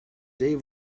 day